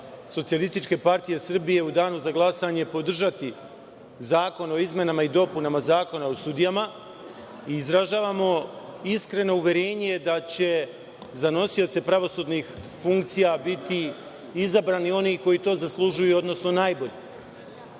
poslanička grupa SPS u danu za glasanje podržati zakon o izmenama i dopunama Zakona o sudijama, i izražavamo iskreno uverenje da će za nosioce pravosudnih funkcija biti izabrani oni koji to zaslužuju, odnosno najbolji.Međutim,